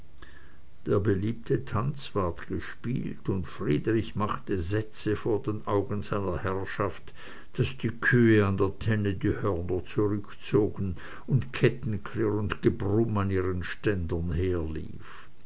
der beliebte tanz ward gespielt und friedrich machte sätze vor den augen seiner herrschaft daß die kühe an der tenne die hörner zurückzogen und kettengeklirr und gebrumm an ihren ständern herlief